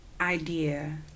Idea